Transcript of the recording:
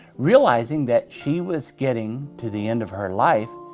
realizing that she was getting to the end of her life,